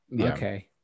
okay